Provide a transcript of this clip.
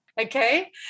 okay